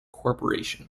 corporation